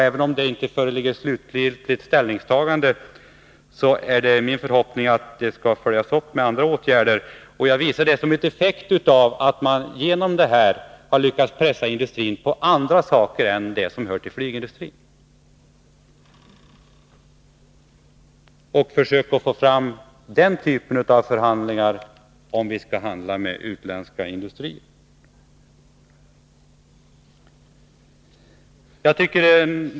Även om det inte föreligger slutgiltigt ställningstagande, är min förhoppning att detta skall följas upp med andra åtgärder. Jag vill se det som en effekt av att man lyckats pressa industrin på andra åtgärder än dem som hör till flygindustrin. Försök att få fram den typen av förhandlingar, om vi nu skall handla med utländska industrier!